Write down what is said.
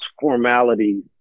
formalities